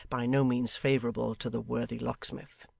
by no means favourable to the worthy locksmith.